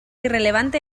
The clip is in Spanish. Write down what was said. irrelevante